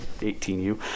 18u